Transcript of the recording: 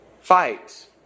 fight